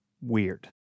weird